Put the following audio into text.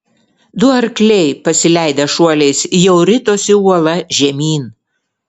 du arkliai pasileidę šuoliais jau ritosi uola žemyn